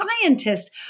scientist